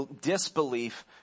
disbelief